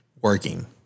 working